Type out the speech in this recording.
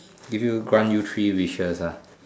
give you grant you three wishes ah